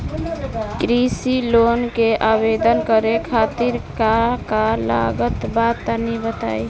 कृषि लोन के आवेदन करे खातिर का का लागत बा तनि बताई?